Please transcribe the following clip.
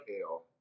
Ale